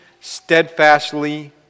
steadfastly